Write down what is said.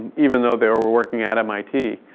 even though they were working at mit.